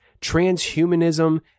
transhumanism